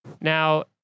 Now